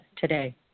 today